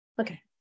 Okay